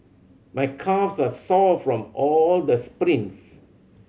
my calves are sore from all the sprints